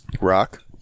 Rock